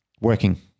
Working